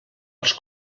els